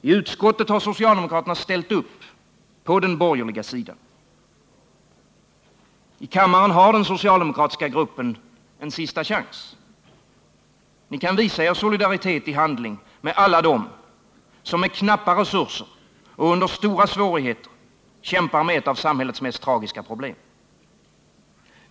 I utskottet har socialdemokraterna ställt upp på den borgerliga sidan. I kammaren har den socialdemokratiska gruppen en sista chans. Ni kan visa er solidaritet i handling med alla dem som med knappa resurser och under stora svårigheter kämpar med ett av samhällets mest tragiska problem.